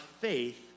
faith